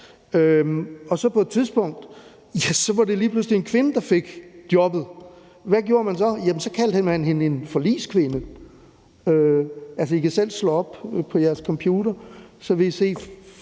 mænd. På et tidspunkt var det så lige pludselig en kvinde, der fik jobbet. Hvad gjorde man så? Så kaldte man hende en forligskvinde. Altså, I kan selv slå op på jeres computer, og så vil I kunne